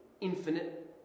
infinite